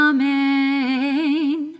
Amen